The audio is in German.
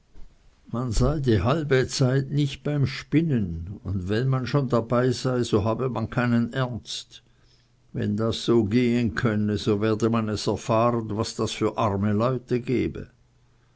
man sei die halbe zeit nicht beim spinnen und wenn man schon dabei sei so habe man keinen ernst wenn das so gehen könne so werde man es erfahren was das für arme leute gebe